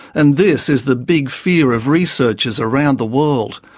and this is the big fear of researchers around the world.